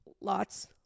lots